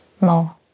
No